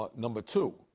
like number two,